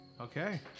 Okay